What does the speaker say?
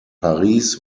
paris